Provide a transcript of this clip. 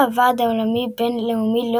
פיפ"א והוועד האולימפי הבין-לאומי לא